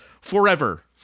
forever